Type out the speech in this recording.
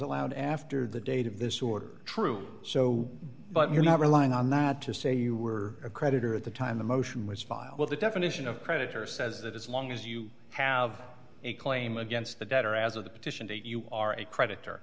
allowed after the date of this order true so but you're not relying on that to say you were a creditor at the time the motion was filed the definition of creditor says that as long as you have a claim against the debt or as of the petition date you are a credit